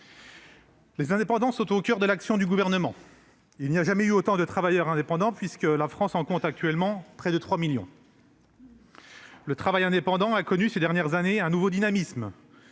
indépendants sont au coeur de l'action du Gouvernement. Il n'y en a jamais eu autant : la France en compte actuellement près de 3 millions. Le travail indépendant a connu, ces dernières années, un nouveau dynamisme,